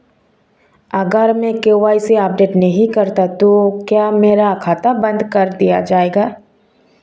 अगर मैं KYC update नहीं करता तो क्या मेरा खाता बंद कर दिया जाएगा?